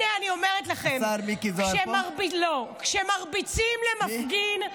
הינה, אני אומרת לכם, כשמרביצים למפגין,